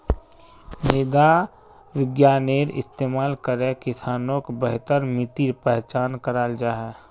मृदा विग्यानेर इस्तेमाल करे किसानोक बेहतर मित्तिर पहचान कराल जाहा